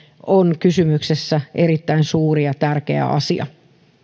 on kysymyksessä erittäin suuri ja tärkeä asia